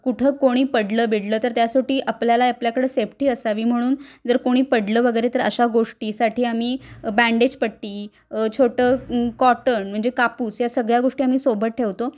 कुठं कोणी पडलं बिडलं तर त्यासाठी आपल्याला आपल्याकडं सेफ्टी असावी म्हणून जर कोणी पडलं वगैरे तर अशा गोष्टीसाठी आम्ही बँडेज पट्टी छोटं कॉटन म्हणजे कापूस या सगळ्या गोष्टी आम्ही सोबत ठेवतो